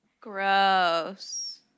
Gross